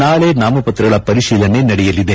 ನಾಳೆ ನಾಮಪತ್ರಗಳ ಪರಿಶೀಲನೆ ನಡೆಯಲಿದೆ